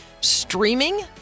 streaming